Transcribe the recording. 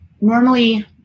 normally